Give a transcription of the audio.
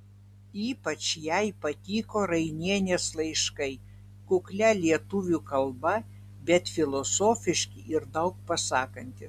ypač jai patiko rainienės laiškai kuklia lietuvių kalba bet filosofiški ir daug pasakantys